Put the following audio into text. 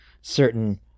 certain